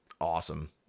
awesome